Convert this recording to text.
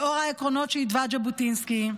לאור העקרונות שהתווה ז'בוטינסקי,